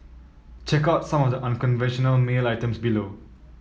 check out some of the unconventional mail items below